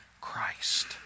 Christ